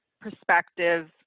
perspective